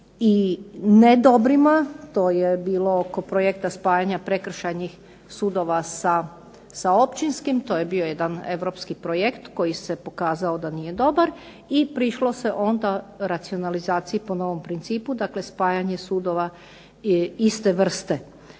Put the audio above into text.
i ne dobrima, to je bilo oko projekta spajanja prekršajnih sudova sa općinskim, to je bio jedan europski projekt koji se pokazao da nije dobar, i prišlo se onda racionalizaciji po novom principu, dakle spajanje sudova iste vrste.